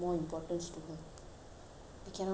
I cannot slack with valentina